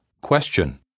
Question